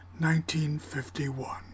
1951